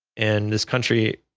and this country,